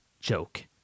joke